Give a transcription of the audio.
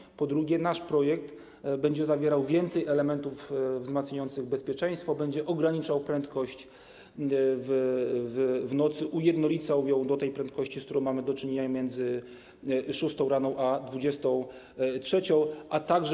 I po drugie, nasz projekt będzie zawierał więcej elementów wzmacniających bezpieczeństwo, będzie ograniczał prędkość w nocy, ujednolicał ją do tej prędkości, z którą mamy do czynienia między godz. 6 rano a godz. 23.